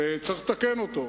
וצריך לתקן אותו,